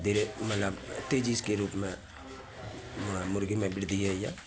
धीरे मतलब तेजीके रूपमे मुर्गीमे बृद्धि होइए